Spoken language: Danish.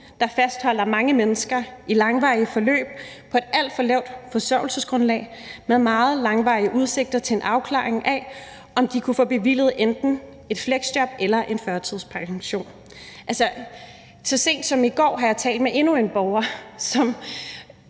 der fastholder mange mennesker i langvarige forløb på et alt for lavt forsørgelsesgrundlag med meget langvarige udsigter til en afklaring af, om de vil kunne få bevilget enten et fleksjob eller en førtidspension. Så sent som i går har jeg talt med endnu en borger,